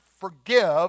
forgive